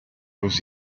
was